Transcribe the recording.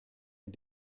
and